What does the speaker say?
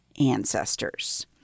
ancestors